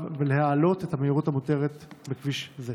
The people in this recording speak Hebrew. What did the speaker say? ולהעלות את המהירות המותרת בכביש זה?